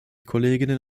kolleginnen